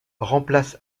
remplace